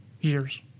years